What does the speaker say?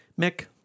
Mick